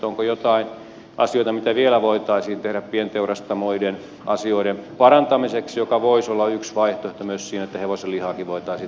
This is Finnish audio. onko jotain asioita mitä vielä voitaisiin tehdä pienteurastamoiden asioiden parantamiseksi joka voisi olla yksi vaihtoehto myös siinä että hevosenlihaakin voitaisiin teurastaa enemmän